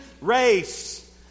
race